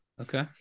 okay